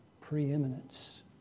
preeminence